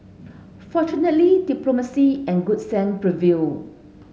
fortunately diplomacy and good sense prevailed